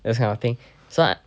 those kind of thing so I